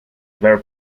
very